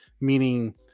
meaning